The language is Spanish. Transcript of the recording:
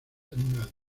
animales